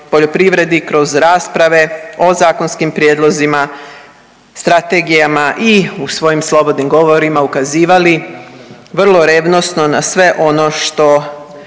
poljoprivredi kroz rasprave o zakonskim prijedlozima, strategijama i u svojim slobodnim govorima ukazivali vrlo revnosno na sve ono što